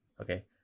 okay